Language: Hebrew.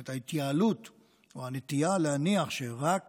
זאת אומרת, ההתייעלות או הנטייה להניח שרק